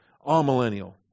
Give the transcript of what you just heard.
all-millennial